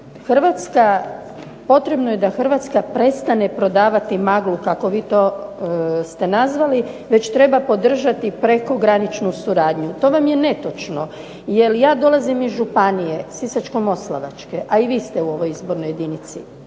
Hrvatska, potrebno je da Hrvatska prestane prodavati maglu kako vi to ste nazvali već treba podržati prekograničnu suradnju. To vam je netočno, jer ja dolazim iz županije Sisačko-moslavačke, a i vi ste u ovoj izbornoj jedinici